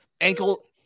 Ankle